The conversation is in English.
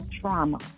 trauma